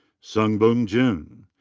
sungbum jun.